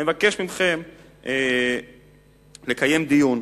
אני מבקש מכם לקיים דיון.